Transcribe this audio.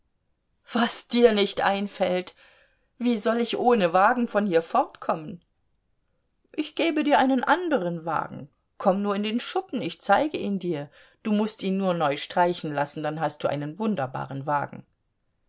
was dir nicht einfällt wie soll ich ohne wagen von hier fortkommen ich gebe dir einen anderen wagen komm nur in den schuppen ich zeige ihn dir du mußt ihn nur neu streichen lassen dann hast du einen wunderbaren wagen